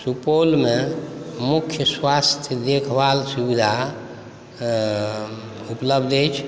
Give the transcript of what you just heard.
सुपौलमे मुख्य स्वास्थ्य देखभाल सुविधा उपलब्ध अछि